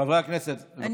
חברי הכנסת, בבקשה.